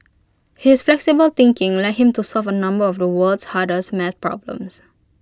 his flexible thinking led him to solve A number of the world's hardest math problems